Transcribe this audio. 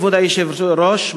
כבוד היושב-ראש,